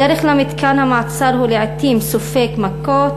בדרך למתקן המעצר הוא לעתים סופג מכות,